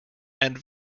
and